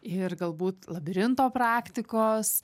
ir galbūt labirinto praktikos